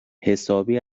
حسابی